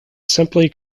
simply